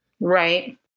right